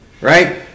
right